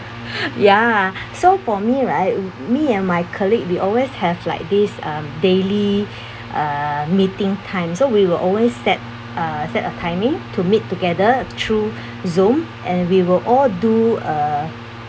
ya so for me right me and my colleague we always have like this um daily uh meeting time so we will always set uh set a timing to meet together through zoom and we will all do a